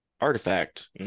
artifact